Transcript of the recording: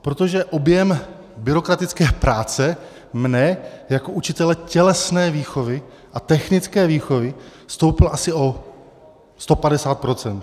Protože objem byrokratické práce mne jako učitele tělesné výchovy a technické výchovy stoupl asi o 150 %.